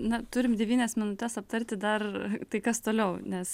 na turim devynias minutes aptarti dar tai kas toliau nes